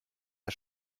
der